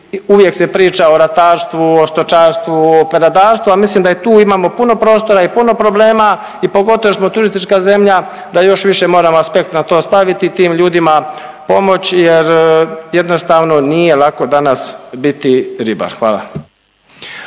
Uvijek se priča o ratarstvu, o stočarstvu, o peradarstvu, a mislim da i tu imamo puno prostora i puno problema i pogotovo jer smo turistička zemlja da još više moram aspekt na to staviti tim ljudima pomoći, jer jednostavno nije lako danas biti ribar. Hvala.